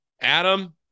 Adam